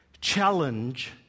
challenge